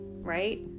right